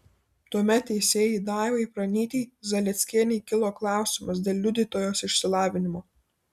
tuomet teisėjai daivai pranytei zalieckienei kilo klausimas dėl liudytojos išsilavinimo